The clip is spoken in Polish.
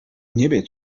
niebie